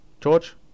George